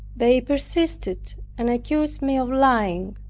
they persisted, and accused me of lying.